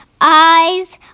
eyes